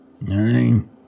Name